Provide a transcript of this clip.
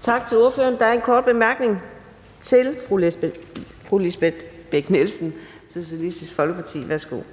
Tak til ordføreren. Der er en kort bemærkning til fru Lisbeth Bech-Nielsen, Socialistisk Folkeparti. Værsgo. Kl. 10:28 Lisbeth Bech-Nielsen (SF):